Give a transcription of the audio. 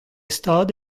stad